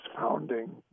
founding